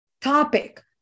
topic